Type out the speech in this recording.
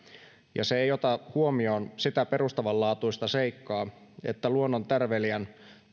se ei ota huomioon sitä perustavanlaatuista seikkaa että luonnon tärvelijän